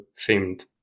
themed